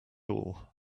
all